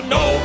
no